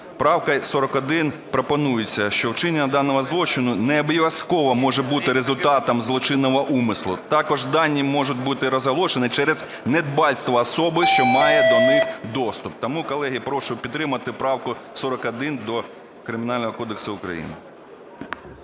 Правкою 41 пропонується, що вчинення даного злочину необов'язково може бути результатом злочинного умислу, також дані можуть бути розголошені через недбальство особи, що має до них доступ. Тому, колеги, прошу підтримати правку 41 до Кримінального кодексу України.